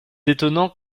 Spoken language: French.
étonnant